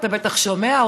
אתה בטח שומע,